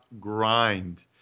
grind